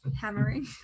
hammering